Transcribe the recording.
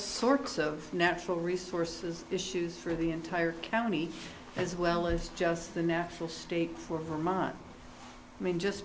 sorts of natural resources issues for the entire county as well as just the natural state for mine i mean just